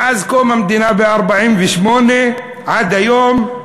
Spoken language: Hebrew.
מאז קום המדינה ב-1948 עד היום,